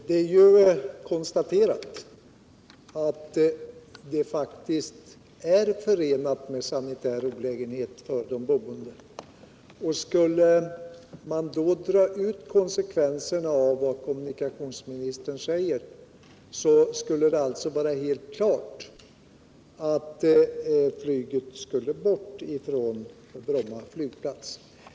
Herr talman! Det är konstaterat att jetflyget faktiskt är förenat med sanitär olägenhet för de boende. Om man drar ut konsekvenserna av vad kommunikationsministern säger skulle det alltså vara helt klart att flyget skulle bort från Bromma flygplats.